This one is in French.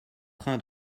train